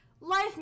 life